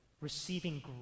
receiving